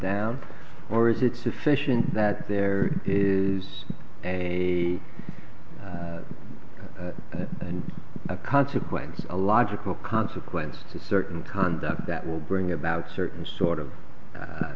down or is it sufficient that there is a consequence a logical consequence to certain conduct that will bring about certain sort of